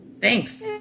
Thanks